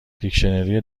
دیکشنری